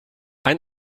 ein